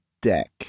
deck